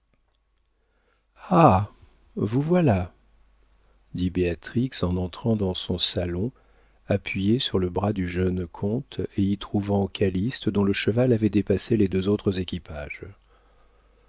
vous voilà dit béatrix en entrant dans son salon appuyée sur le bras du jeune comte et y trouvant calyste dont le cheval avait dépassé les deux autres équipages